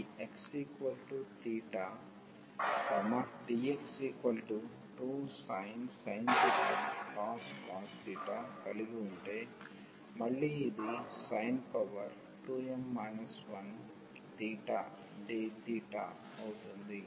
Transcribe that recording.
కాబట్టి ఈ x dx2sin cos కలిగి ఉంటే మళ్ళీ ఇది sin2m 1 dθఅవుతుంది